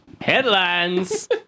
Headlines